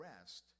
rest